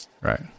Right